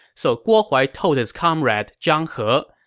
so guo huai told his comrade zhang he,